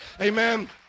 Amen